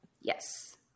Yes